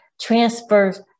transfers